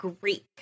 Greek